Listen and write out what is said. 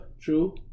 true